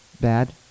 bad